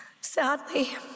Sadly